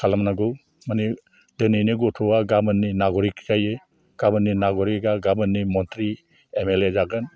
खालामनांगौ माने दिनैनि गथ'आ गामोननि नागरिक जायो गाबोननि नागरिकआ गाबोननि मन्त्री एम एल ए जागोन